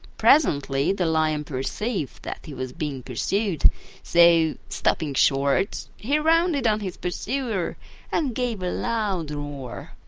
presently the lion perceived that he was being pursued so, stopping short, he rounded on his pursuer and gave a loud roar.